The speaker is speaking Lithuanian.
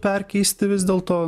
perkeisti vis dėlto